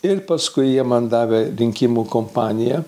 ir paskui jie man davė rinkimų kompaniją